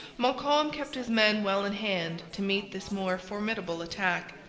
montcalm kept his men well in hand to meet this more formidable attack.